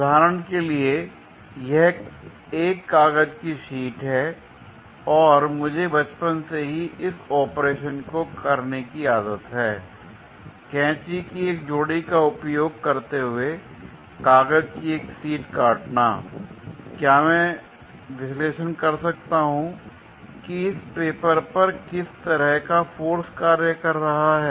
उदाहरण के लिए यह एक कागज की शीट है और मुझे बचपन से ही इस ऑपरेशन को करने की आदत है कैंची की एक जोड़ी का उपयोग करते हुए कागज की एक शीट काटना l क्या मैं विश्लेषण कर सकता हूं कि इस पेपर पर किस तरह का फोर्स कार्य कर रहा है